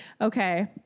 Okay